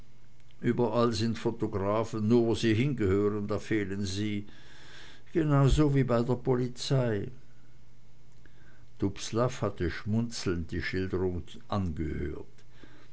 überall sind photographen nur wo sie hingehören da fehlen sie genauso wie bei der polizei dubslav hatte schmunzelnd der schilderung